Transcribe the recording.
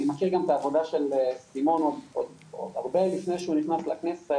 אני מכיר גם את העבודה של סימון עוד הרבה לפני שהוא נכנס לכנסת.